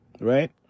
right